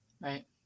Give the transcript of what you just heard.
Right